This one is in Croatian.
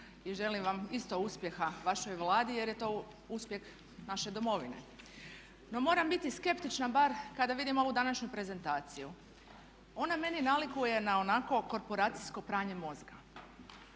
i želim vam isto uspjeha vašoj Vladi jer je to uspjeh naše domovine. No moram biti skeptična bar kada vidim ovu današnju prezentaciju. Ona meni nalikuje na onako korporacijsko pranje mozga,